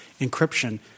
encryption